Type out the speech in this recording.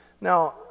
Now